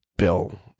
bill